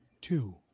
two